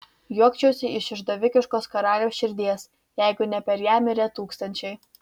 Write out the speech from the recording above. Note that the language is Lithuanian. juokčiausi iš išdavikiškos karaliaus širdies jeigu ne per ją mirę tūkstančiai